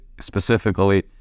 specifically